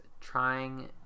trying